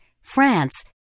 France